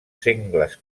sengles